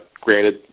Granted